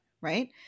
Right